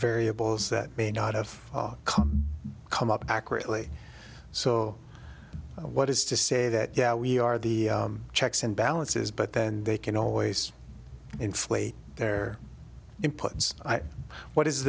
variables that may not have come up accurately so what is to say that yeah we are the checks and balances but then they can always inflate their inputs what is